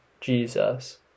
jesus